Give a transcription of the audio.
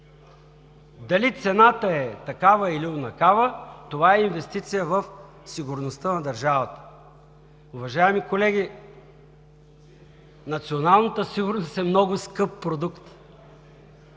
Дали цената е такава или онакава, това е инвестиция в сигурността на държавата. Уважаеми колеги, националната сигурност е много скъп продукт.